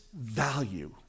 value